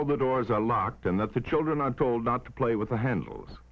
all the doors are locked and that the children are told not to play with the handles